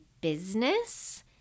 business